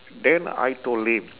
then I told him